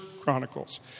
Chronicles